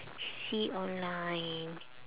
see online